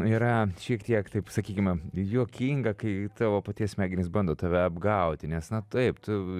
yra šiek tiek taip sakykime juokinga kai tavo paties smegenys bando tave apgauti nes na taip tu